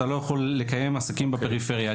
אתה לא יכול לקיים עסקים בפריפריה.